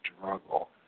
struggle